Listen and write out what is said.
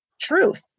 truth